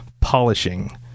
polishing